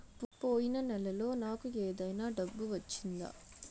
పోయిన నెలలో నాకు ఏదైనా డబ్బు వచ్చిందా?